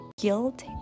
Guilt